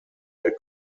der